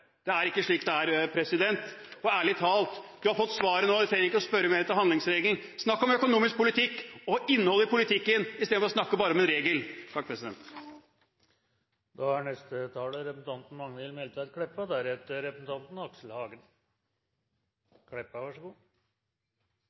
Det er ikke slik det er. Og ærlig talt, vi har fått svaret nå. Vi trenger ikke å spørre mer etter handlingsregelen. Snakk om økonomisk politikk og innholdet i politikken istedenfor å snakke om bare en regel!